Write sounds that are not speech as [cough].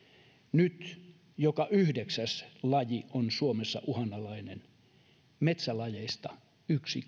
nyt joka yhdeksäs laji on suomessa uhanalainen metsälajeista yksi [unintelligible]